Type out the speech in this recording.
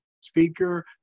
speaker